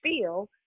feel